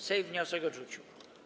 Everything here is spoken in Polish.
Sejm wniosek odrzucił.